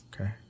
Okay